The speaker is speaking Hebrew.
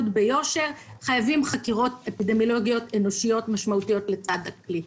ביושר שחייבים חקירות אפידמיולוגיות אנושיות משמעותיות לצד היישומון,